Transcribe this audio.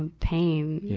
and pain.